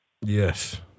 Yes